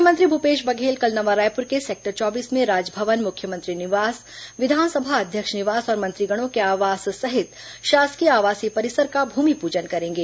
मुख्यमंत्री भूपेश बघेल कल नवा रायपुर के सेक्टर चौबीस में राजभवन मुख्यमंत्री निवास विधानसभा अध्यक्ष निवास और मंत्रीगणों के आवास सहित शासकीय आवासीय परिसर का भूमिपूजन करेंगे